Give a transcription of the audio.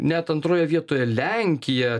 net antroje vietoje lenkija